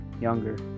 younger